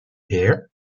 hear